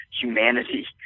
humanity